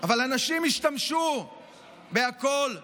אבל אנשים ישתמשו בכול,